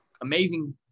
amazing